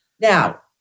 Now